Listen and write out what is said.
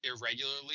irregularly